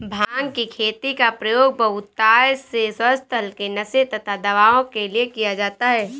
भांग की खेती का प्रयोग बहुतायत से स्वास्थ्य हल्के नशे तथा दवाओं के लिए किया जाता है